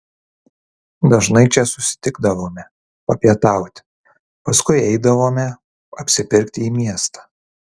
dažnai čia susitikdavome papietauti paskui eidavome apsipirkti į miestą